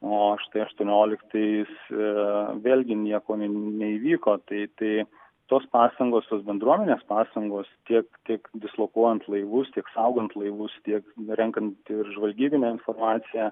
o štai aštuonioliktaisiais ir vėlgi nieko neįvyko tai tai tos pastangos tos bendruomenės pastangos tiek tiek dislokuojant laivus tiek saugant laivus tiek renkant ir žvalgybinę informaciją